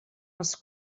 els